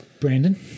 Brandon